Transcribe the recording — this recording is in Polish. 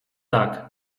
tak